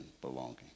belonging